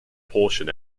portion